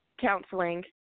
counseling